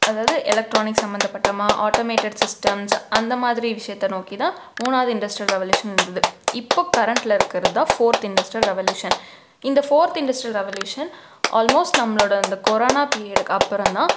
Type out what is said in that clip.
அதாவது எலக்ட்ரானிக் சம்மந்தப்பட்டமாக automated systems அந்த மாதிரி விஷியத்தை நோக்கி தான் மூணாவது இண்டஸ்ட்ரியல் ரெவல்யூஷன் இருந்தது இப்போ கரண்டில் இருக்கறதுதான் ஃபோர்த் இண்டஸ்ட்ரியல் ரெவல்யூஷன் இந்த ஃபோர்த் இண்டஸ்ட்ரியல் ரெவல்யூஷன் ஆல்மோஸ்ட் நம்மளோட இந்த கொரோனா பீரியடுக்கப்புறோம் தான்